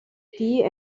tea